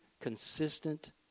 consistent